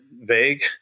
vague